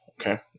Okay